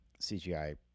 CGI